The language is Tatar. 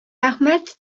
әхмәт